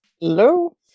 Hello